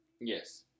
Yes